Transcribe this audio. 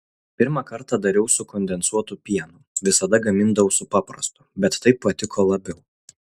pirmą kartą dariau su kondensuotu pienu visada gamindavau su paprastu bet taip patiko labiau